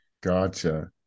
gotcha